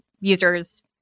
users